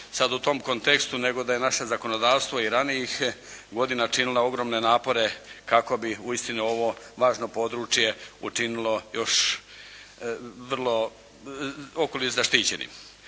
sada u tom kontekstu nego da je naše zakonodavstvo i ranijih godina činila ogromne napore kako bi uistinu ovo važno područje učinilo još vrlo, okoliš zaštićenim.